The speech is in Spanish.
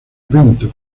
evento